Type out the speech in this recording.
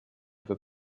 peut